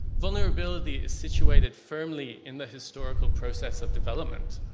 vulnerability is situated firmly in the historical process of development.